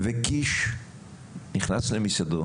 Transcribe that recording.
וקיש נכנס למשרדו